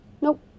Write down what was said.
Nope